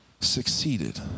succeeded